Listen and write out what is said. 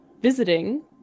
visiting